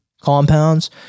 compounds